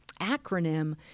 acronym